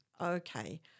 Okay